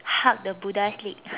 hug the buddha's leg